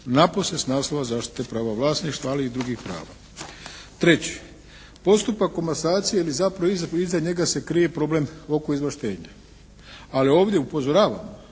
napose s naslova zaštite prava vlasništva, ali i drugih prava. Treće, postupak komasacije ili zapravo iza njega se krije problem oko izvlaštenja, ali ovdje upozoravam